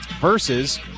versus